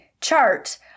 chart